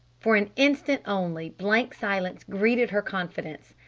for an instant only, blank silence greeted her confidence.